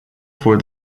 for